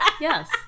yes